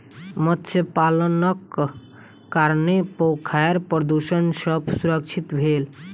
मत्स्य पालनक कारणेँ पोखैर प्रदुषण सॅ सुरक्षित भेल